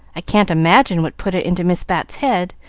i can't imagine what put it into miss bat's head.